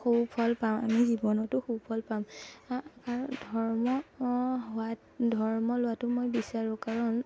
সুফল পাওঁ আমি জীৱনতো সুফল পাম ধৰ্ম হোৱাত ধৰ্ম লোৱাটো মই বিচাৰোঁ কাৰণ